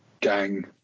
gang